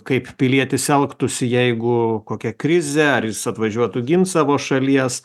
kaip pilietis elgtųsi jeigu kokia krizė ar jis atvažiuotų gint savo šalies